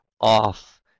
off